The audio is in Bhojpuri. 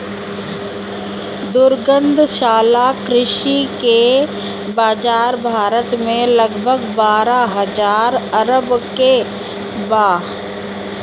दुग्धशाला कृषि के बाजार भारत में लगभग बारह हजार अरब के बा